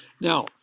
now